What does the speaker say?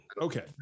Okay